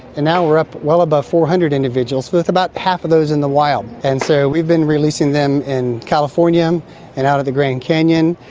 and now we are up well above four hundred individuals with about half of those in the wild. and so we've been releasing them in california and out of the grand canyon.